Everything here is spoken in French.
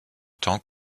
temps